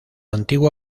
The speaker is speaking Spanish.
antigua